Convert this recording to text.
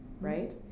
right